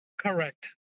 Correct